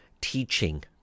teaching